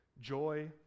Joy